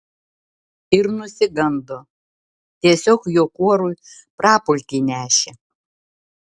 ir nusigando tiesiog jo kuorui prapultį nešė